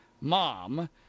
mom